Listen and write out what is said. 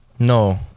No